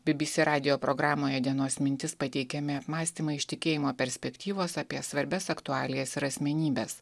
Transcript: bbc radijo programoje dienos mintis pateikiami mąstymai iš tikėjimo perspektyvos apie svarbias aktualijas ir asmenybes